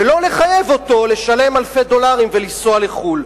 ולא לחייב אותו לשלם אלפי דולרים ולנסוע לחו"ל.